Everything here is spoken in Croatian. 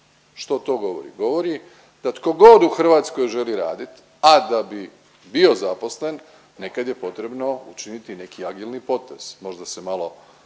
Što to govori? Govori da tko god u Hrvatskoj želi radit, a da bi bio zaposlen nekad je potrebno učiniti neki agilni potez, možda se malo